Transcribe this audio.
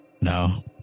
No